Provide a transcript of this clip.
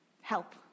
help